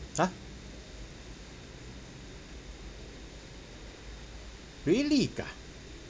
!huh! really ah